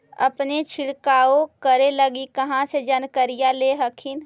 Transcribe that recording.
अपने छीरकाऔ करे लगी कहा से जानकारीया ले हखिन?